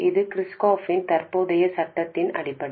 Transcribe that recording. இது கிர்ச்சாஃப்பின் தற்போதைய சட்டத்தின் அடிப்படை